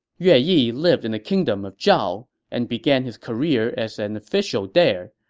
yue yi lived in the kingdom of zhao and began his career as an official there.